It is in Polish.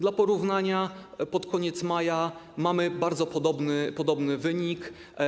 Dla porównania pod koniec maja mamy bardzo podobny wynik.